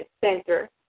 Center